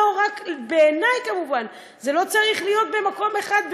ובעיני כמובן זה לא צריך להיות במקום אחד,